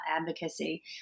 advocacy